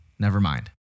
Nevermind